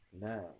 Now